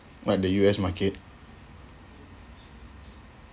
what the U_S market